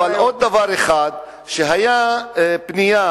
עוד דבר אחד היתה פנייה